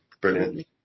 brilliant